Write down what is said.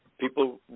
people